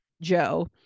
Joe